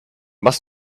must